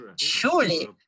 surely